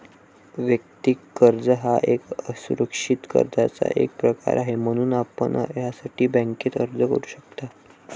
वैयक्तिक कर्ज हा एक असुरक्षित कर्जाचा एक प्रकार आहे, म्हणून आपण यासाठी बँकेत अर्ज करू शकता